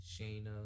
Shayna